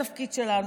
התפקיד שלנו,